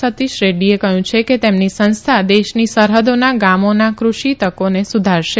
સતીશ રેડૃએ કહયું છે કે તેમની સંસ્થા દેશની સરહદોના ગામોના કુષિ તકોને સુધારશે